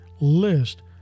list